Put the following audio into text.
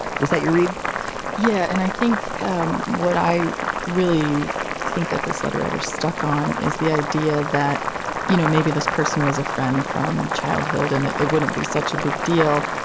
was that you read yeah. and i think um what i really think that this letter writer stuck on is the idea that you know maybe this person was a friend from childhood and it wouldn't be such a big deal.